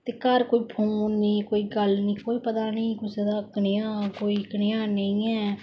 ते घार कोई फौन नेई कोई गल्ल नेई कोई पता नेई कुसे दा कनेहा कोई कनेहा नेई ऐ